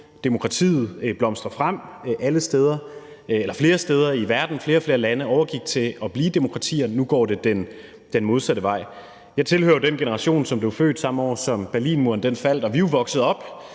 demokratiet blomstre frem flere steder i verden, og flere og flere lande overgik til at blive demokratier, men nu går det den modsatte vej. Jeg tilhører jo den generation, som blev født, samme år som Berlinmuren faldt, og vi er jo vokset op